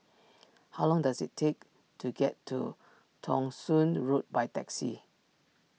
how long does it take to get to Thong Soon Road by taxi